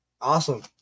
awesome